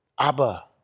Abba